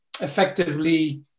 effectively